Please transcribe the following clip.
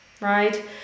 right